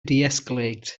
deescalate